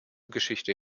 geschichte